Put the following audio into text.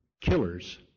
killers